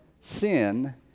sin